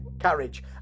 carriage